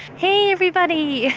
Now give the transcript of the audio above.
hey everybody